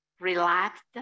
relaxed